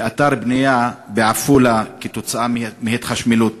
באתר בנייה בעפולה כתוצאה מהתחשמלות.